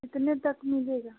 कितने तक मिलेगा